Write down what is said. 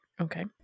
okay